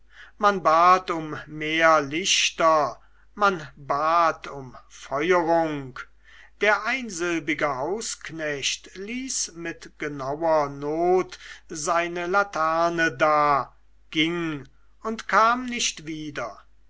man bat um mehr lichter man bat um feuerung der einsilbige hausknecht ließ mit genauer not seine laterne da ging und kam nicht wieder